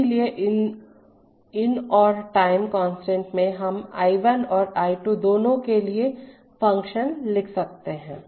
इसलिए इन और टाइम कांस्टेंट से हम I 1 और I 2 दोनों के लिए फंक्शन लिख सकते हैं